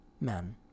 men